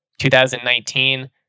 2019